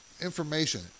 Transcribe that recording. information